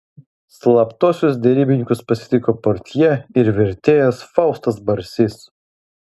slaptuosius derybininkus pasitiko portjė ir vertėjas faustas barsys